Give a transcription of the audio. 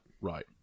Right